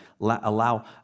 allow